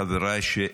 חבריי,